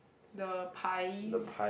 the pies